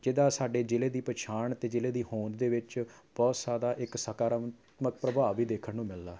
ਜਿਹਦਾ ਸਾਡੇ ਜ਼ਿਲ੍ਹੇ ਦੀ ਪਛਾਣ ਅਤੇ ਜ਼ਿਲ੍ਹੇ ਦੀ ਹੋਂਦ ਦੇ ਵਿੱਚ ਬਹੁਤ ਸਾਰਾ ਇੱਕ ਸਕਾਰਾਤਮਕ ਪ੍ਰਭਾਵ ਵੀ ਦੇਖਣ ਨੂੰ ਮਿਲਦਾ ਹੈ